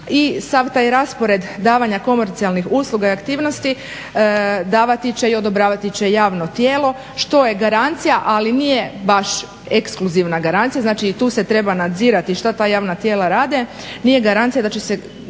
I sav taj raspored davanja komercijalnih usluga i aktivnosti davati će i odobravati će javno tijelo što je garancija ali nije baš ekskluzivna garancija. Znači, i tu se treba nadzirati što ta javna tijela rade, nije garancija da će se